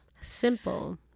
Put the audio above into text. Simple